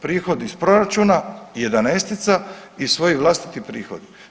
Prihod iz proračuna jedanaestica i svoj vlastiti prihod.